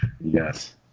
Yes